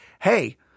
Hey